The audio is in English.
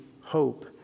hope